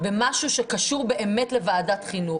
במשהו שקשור באמת לוועדת חינוך.